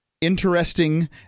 interesting